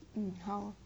um how